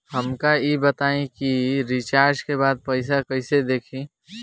हमका ई बताई कि रिचार्ज के बाद पइसा कईसे देखी?